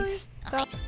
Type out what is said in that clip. stop